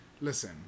Listen